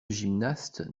gymnastes